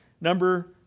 Number